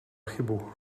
chybu